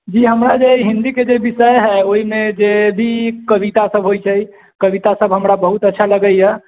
जी हमरा जे हिन्दी के जे विषय हय ओहिमे जे भी कविता सब होइ छै कविता सब हमरा बहुत अच्छा लगै यऽ